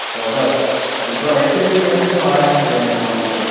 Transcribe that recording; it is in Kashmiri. شےٚ دۄہ تُہۍ چھُوا أکۍسٕے جایہِ بیٹھ کِنہٕ واریاہن جاین بہٕ وَنہو تیٚلہِ